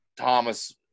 Thomas